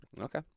Okay